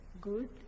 good